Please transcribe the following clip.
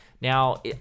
Now